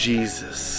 Jesus